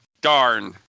Darn